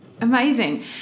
amazing